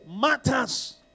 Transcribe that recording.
matters